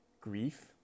grief